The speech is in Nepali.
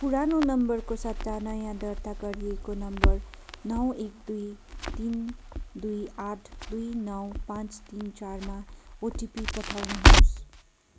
पुरानो नम्बरको सट्टा नयाँ दर्ता गरिएको नम्बर नौ एक दुई तिन दुई आठ दुई नौ पाँच तिन चारमा ओटिपी पठाउनुहोस्